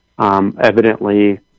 Evidently